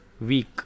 Week